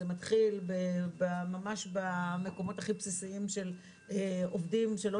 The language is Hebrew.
זה מתחיל במקומות הכי בסיסיים של עובדים שלא